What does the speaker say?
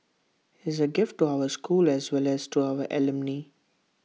is A gift to our school as well as to our alumni